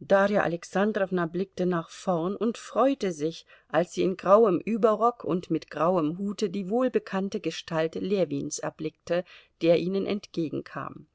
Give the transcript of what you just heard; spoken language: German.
darja alexandrowna blickte nach vorn und freute sich als sie in grauem überrock und mit grauem hute die wohlbekannte gestalt ljewins erblickte der ihnen entgegenkam